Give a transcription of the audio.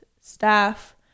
staff